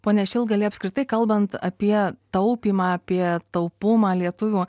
pone šilgali apskritai kalbant apie taupymą apie taupumą lietuvių